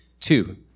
two